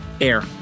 Air